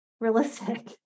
realistic